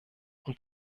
und